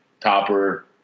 Topper